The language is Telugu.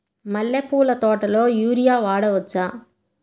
మల్లె పూల తోటలో యూరియా వాడవచ్చా?